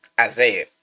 Isaiah